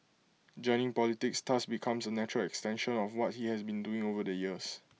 joining politics thus becomes A natural extension of what he has been doing over the years